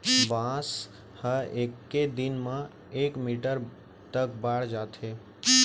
बांस ह एके दिन म एक मीटर तक बाड़ जाथे